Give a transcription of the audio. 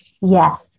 Yes